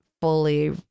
fully